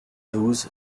douze